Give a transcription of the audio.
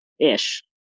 Ish